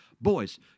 Boys